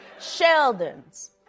Sheldons